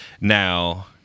Now